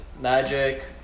Magic